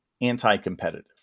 anti-competitive